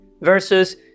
versus